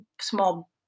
small